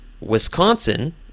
Wisconsin